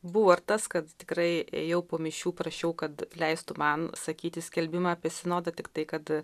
buvo ir tas kad tikrai ėjau po mišių prašiau kad leistų man sakyti skelbimą apie sinodą tiktai kad